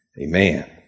amen